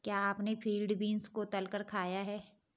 क्या आपने field beans को तलकर खाया है?